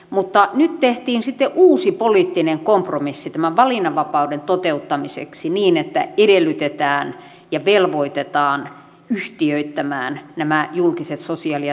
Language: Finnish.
mutta nyt tehtiin sitten uusi poliittinen kompromissi tämän valinnanvapauden toteuttamiseksi niin että edellytetään ja velvoitetaan yhtiöittämään nämä julkiset sosiaali ja terveyspalvelut